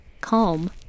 calm